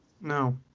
No